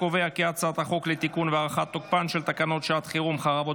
חוק לתיקון ולהארכת תוקפן של תקנות שעת חירום (חרבות